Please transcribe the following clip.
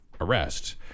arrest